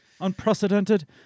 Unprecedented